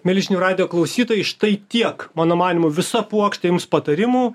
milžinių radijo klausytojai štai tiek mano manymu visa puokštė jums patarimų